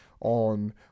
on